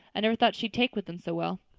i never thought she'd take with them so well.